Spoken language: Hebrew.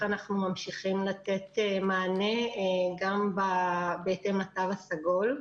אנחנו ממשיכים לתת מענה גם בהתאם לתו הסגול.